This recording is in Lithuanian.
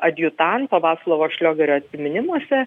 adjutanto vaclovo šliogerio atsiminimuose